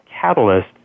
catalyst